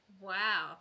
wow